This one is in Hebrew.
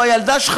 או הילדה,